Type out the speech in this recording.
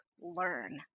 learn